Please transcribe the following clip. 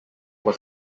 was